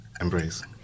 embrace